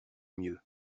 mieux